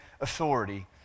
authority